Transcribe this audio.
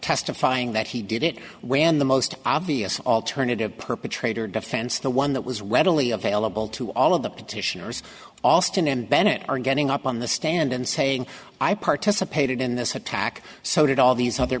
testifying that he did it when the most obvious alternative perpetrator defense the one that was readily available to all of the petitioners alston and bennett are getting up on the stand and saying i participated in this attack so did all these other